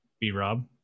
B-Rob